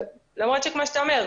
למרות שכמו שאתה אומר,